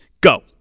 Go